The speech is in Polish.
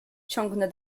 ciągnę